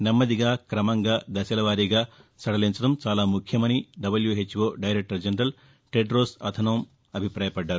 నెమ్మదిగా క్రమంగా దశలవారీగా సడలించడం చాలా ముఖ్యమని WHO director general Tedros Adhanom అభిపాయపడ్డారు